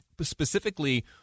specifically